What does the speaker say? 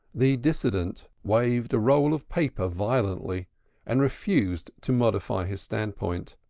the dissentient waved a roll of paper violently and refused to modify his standpoint.